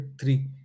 three